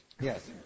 Yes